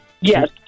Yes